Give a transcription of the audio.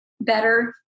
better